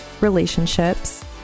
relationships